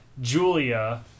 Julia